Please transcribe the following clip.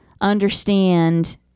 understand